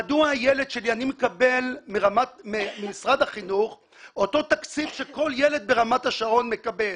אני מקבל ממשרד החינוך אותו תקציב שכל ילד ברמת השרון מקבל.